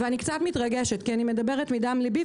ואני קצת מתרגשת, כי אני מדברת מדם ליבי.